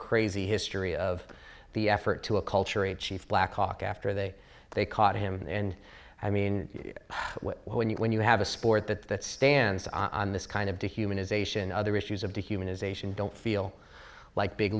crazy history of the effort to acculturate chief black hawk after they they caught him and i mean when you when you have a sport that that stands on this kind of dehumanization other issues of dehumanization don't feel like big